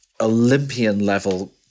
Olympian-level